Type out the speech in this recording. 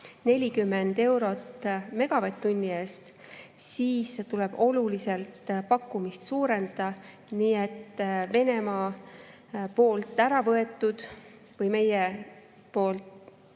40 eurot megavatt-tunni eest, siis tuleb oluliselt pakkumist suurendada, nii et Venemaa poolt äravõetud või meie poolt